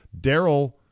Daryl